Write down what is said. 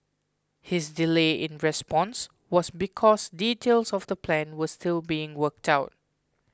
his delay in response was because details of the plan were still being worked out